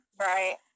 Right